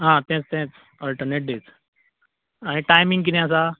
आं तेंच तेंच ऑल्टर्नेट डेज आनी टायमींग कितें आसा